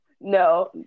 No